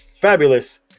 fabulous